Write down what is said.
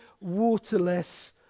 waterless